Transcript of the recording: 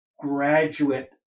graduate